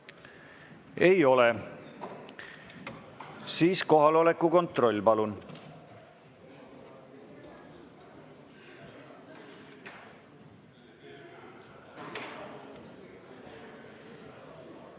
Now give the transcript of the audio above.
Ei ole. Siis kohaloleku kontroll, palun!